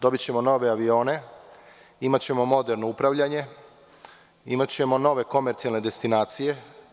Dobićemo nove avione, imaćemo moderno upravljanje, imaćemo nove komercijalne destinacije.